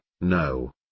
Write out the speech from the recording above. no